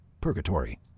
purgatory